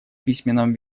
письменном